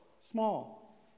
Small